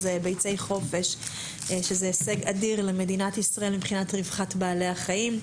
ביצי חופש זה הישג אדיר למדינת ישראל מבחינת רווחת בעלי החיים,